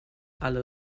alle